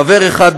חבר אחד,